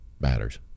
matters